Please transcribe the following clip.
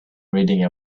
reading